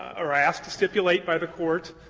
are asked to stipulate by the court.